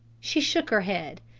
she shook her head.